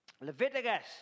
Leviticus